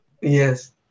Yes